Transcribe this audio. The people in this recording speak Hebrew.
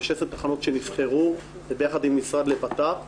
ב-16 תחנות שנבחרו וביחד עם המשרד לביטחון פנים,